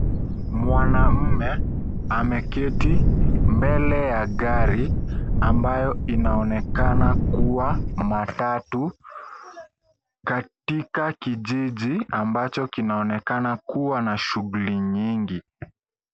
Mwanaume ameketi mbele ya gari ambayo inaonekana kuwa matatu katika kijiji ambacho kinaonekana kuwa na shughuli nyingi.